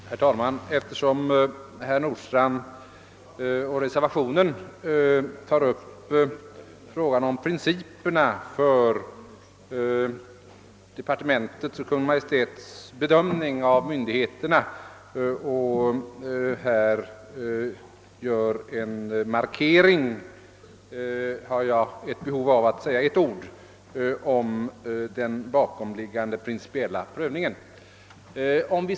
i "Herr talman! Eftersom herr Nordstrandh och reservationen tar upp principerna för departementets och Kungl. Maj:ts bedömning av myndigheternas förslag har jag behov av att rent allmänt säga några ord om den bakomliggande prövningen. om.